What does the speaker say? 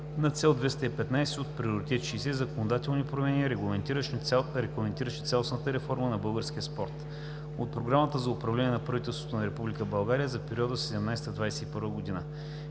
на цел 215 от приоритет 60 (законодателни промени, регламентиращи цялостната реформа на българския спорт) от Програмата за управление на правителството на Република България